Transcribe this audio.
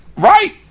Right